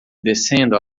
descendo